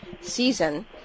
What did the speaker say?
season